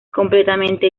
completamente